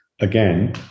again